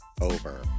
over